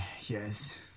yes